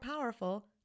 powerful